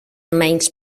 menys